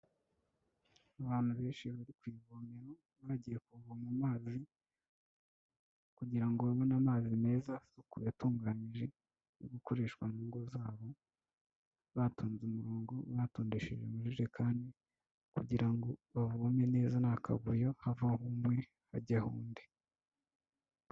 Abantu benshi bari kuvome bagiye kuvoma amazi kugira ngo babone amazi meza asukuye atunganyije yo gukoresha mu ngo zabo, batonze umurongo batondesheje amajekani kugira ngo bavome neza nta kavuyo havaho umwe hajyaho undi.